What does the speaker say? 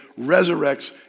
resurrects